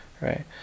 right